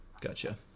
Gotcha